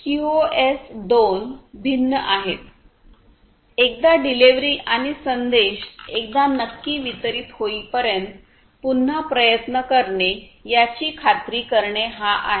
QoS 2 भिन्न आहे एकदा डिलिव्हरी आणि संदेश एकदा नक्की वितरीत होईपर्यंत पुन्हा प्रयत्न करणे याची खात्री करणे हा आहे